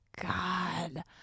God